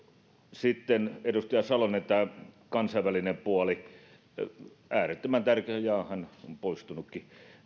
sitten edustaja salonen tämä kansainvälinen puoli äärettömän tärkeä kysymys jaa hän on poistunutkin